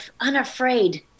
unafraid